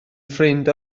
ffrind